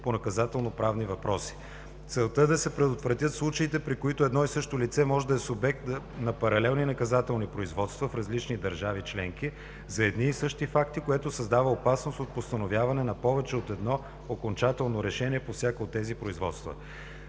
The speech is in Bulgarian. по наказателноправни въпроси. Целта е да се предотвратят случаите, при които едно и също лице може да е субект на паралелни наказателни производства в различни държави членки, за едни и същи факти, което създава опасност от постановяване на повече от едно окончателно решение по всяко от тези производства.